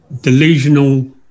delusional